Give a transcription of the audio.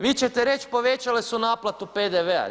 Vi ćete reći, povećale su naplatu PDV-a.